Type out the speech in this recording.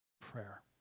prayer